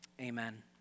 amen